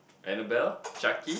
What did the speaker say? Anabella Jacky